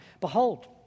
Behold